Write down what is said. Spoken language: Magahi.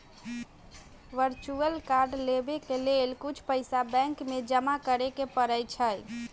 वर्चुअल कार्ड लेबेय के लेल कुछ पइसा बैंक में जमा करेके परै छै